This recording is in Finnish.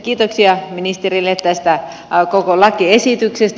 kiitoksia ministerille tästä koko lakiesityksestä